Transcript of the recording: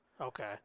Okay